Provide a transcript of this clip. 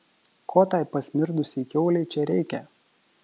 ko tai pasmirdusiai kiaulei čia reikia